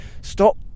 stop